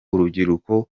urubyiruko